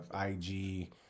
IG